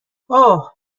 اوه